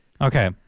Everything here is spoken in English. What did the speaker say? Okay